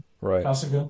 Right